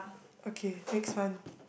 okay next one